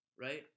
right